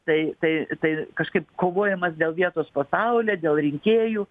tai tai tai kažkaip kovojimas dėl vietos po saule dėl rinkėjų